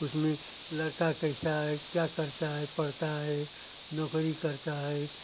उसमें लड़का कैसा है क्या करता है पढ़ता है नौकरी करता है